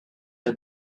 you